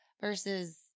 Versus